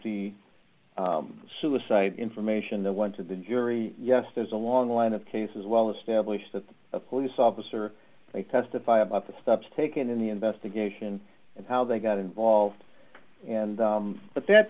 the suicide information that went to the jury yes there's a long line of cases well established that a police officer they testify about the steps taken in the investigation of how they got involved and but that